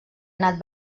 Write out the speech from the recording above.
anat